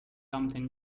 something